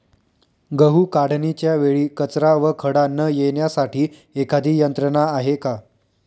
गहू काढणीच्या वेळी कचरा व खडा न येण्यासाठी एखादी यंत्रणा आहे का?